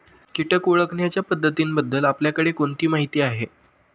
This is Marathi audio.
कीटक ओळखण्याच्या पद्धतींबद्दल आपल्याकडे कोणती माहिती आहे?